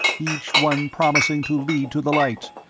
each one promising to lead to the light,